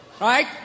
Right